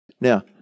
Now